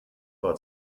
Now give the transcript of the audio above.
war